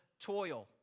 toil